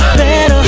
better